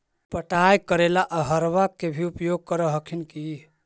पटाय करे ला अहर्बा के भी उपयोग कर हखिन की?